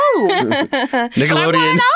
Nickelodeon